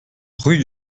rue